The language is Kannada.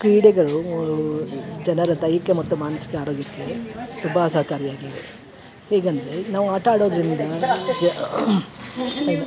ಕ್ರೀಡೆಗಳು ಜನರ ದೈಹಿಕ ಮತ್ತು ಮಾನಸಿಕ ಆರೋಗ್ಯಕ್ಕೆ ತುಂಬ ಸಹಕಾರಿಯಾಗಿವೆ ಹೇಗೆ ಅಂದರೆ ನಾವು ಆಟ ಆಡೋದರಿಂದ ನಮ್ಮ